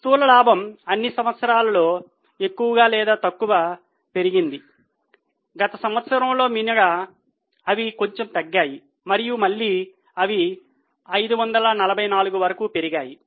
స్థూల లాభం అన్ని సంవత్సరాల్లో ఎక్కువ లేదా తక్కువ పెరిగింది గత సంవత్సరంలో మినహా అవి కొంచెం తగ్గాయి మరియు మళ్ళీ అవి 544 వరకు పెరిగాయి